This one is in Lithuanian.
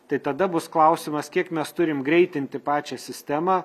tai tada bus klausimas kiek mes turim greitinti pačią sistemą